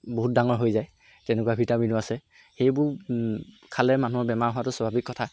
বহুত ডাঙৰ হৈ যায় তেনেকুৱা ভিটামিনো আছে সেইবোৰ খালে মানুহৰ বেমাৰ হোৱাটো স্বাভাৱিক কথা